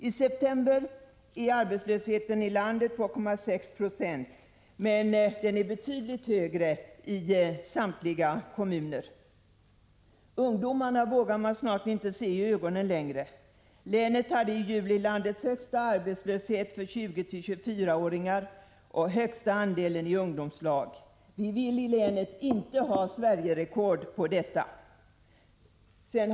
I september är arbetslösheten i landet 2,6 96, men den är betydligt högre i samtliga kommuner i Gävleborgs län. Ungdomarna vågar man snart inte se i ögonen längre. Länet hade i juli landets högsta arbetslöshet för 20—24 åringar och största andelen i ungdomslag. Vi vill i länet inte ha Sverigerekord på de områdena.